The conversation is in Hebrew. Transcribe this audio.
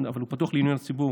אבל הוא פתוח לעיון הציבור,